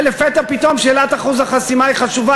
ולפתע פתאום שאלת אחוז החסימה היא חשובה,